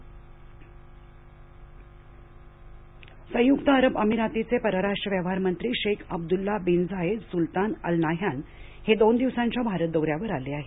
UAE दौरा संयुक्त अरब अमिरातीचे परराष्ट्र व्यवहार मंत्री Sheikh Abdullah bin Zayed Sultan Al Nahyan हे दोन दिवसांच्या भारत दौऱ्यावर आले आहेत